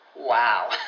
Wow